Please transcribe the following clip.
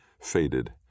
faded